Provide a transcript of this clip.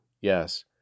Yes